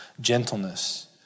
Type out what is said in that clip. gentleness